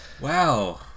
Wow